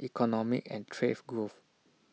economic and trade growth